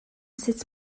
sut